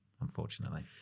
unfortunately